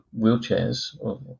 wheelchairs